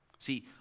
See